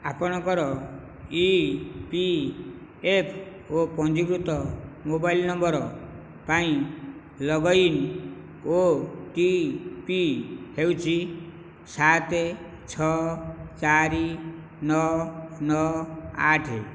ଆପଣଙ୍କର E P F O ପଞ୍ଜୀକୃତ mobile number ପାଇଁ ଲଗ୍ଇନ୍ ଓ ଟି ପି ହେଉଛି ସାତ ଛଅ ଚାରି ନଅ ନଅ ଆଠ